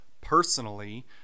personally